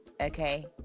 Okay